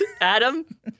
Adam